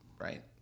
right